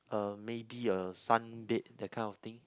uh maybe a sun bed that kind of thing